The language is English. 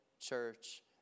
church